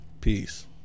Peace